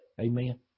Amen